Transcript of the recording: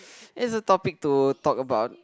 is a topic to talk about